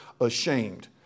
ashamed